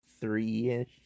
three-ish